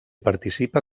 participa